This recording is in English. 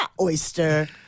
oyster